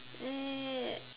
ya